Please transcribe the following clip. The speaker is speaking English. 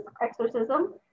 exorcism